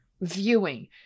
viewing